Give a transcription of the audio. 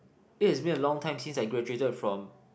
it has been a long time since I graduated from